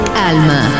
Alma